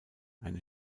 eine